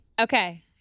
Okay